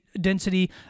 density